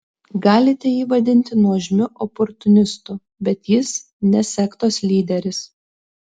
galite jį vadinti nuožmiu oportunistu bet jis ne sektos lyderis